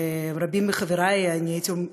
שרבים מחברי האישיים,